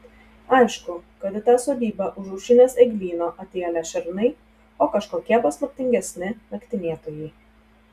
aišku kad į tą sodybą už aušrinės eglyno atėjo ne šernai o kažkokie paslaptingesni naktinėtojai